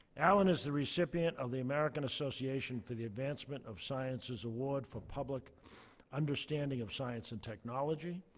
allen is the recipient of the american association for the advancement of science's award for public understanding of science and technology,